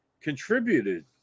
contributed